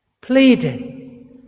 Pleading